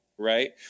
Right